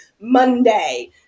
Monday